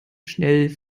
schnell